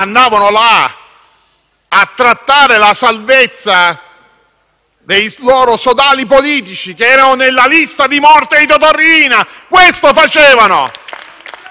a trattare la salvezza dei loro sodali politici, che erano nella lista di morte di Totò Riina. Questo facevano!